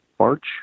March